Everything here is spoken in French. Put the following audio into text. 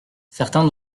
certains